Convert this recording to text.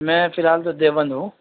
میں فی الحال تو دیوبند ہوں